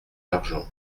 l’argent